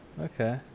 Okay